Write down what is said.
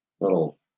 little